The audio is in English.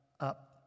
Up